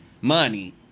money